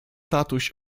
tatuś